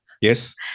Yes